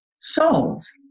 souls